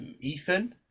Ethan